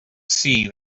see